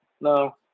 no